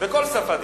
בכל שפה דיברת.